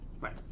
Right